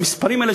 במספרים האלה,